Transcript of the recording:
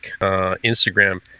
Instagram